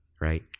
right